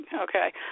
okay